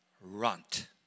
runt